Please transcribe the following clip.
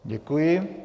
Děkuji.